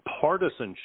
partisanship